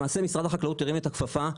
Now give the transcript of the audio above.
למעשה משרד החקלאות הרים את הכפפה,